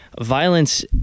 violence